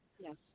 yes